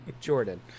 Jordan